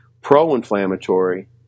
pro-inflammatory